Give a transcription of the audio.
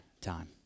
time